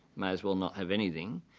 may as well not have anything,